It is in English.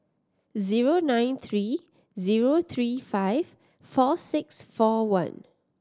zero nine three zero three five four six four one